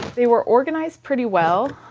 they were organized pretty well.